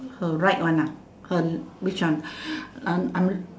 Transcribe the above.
her right one ah her which one I'm I'm